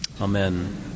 Amen